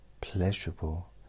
pleasurable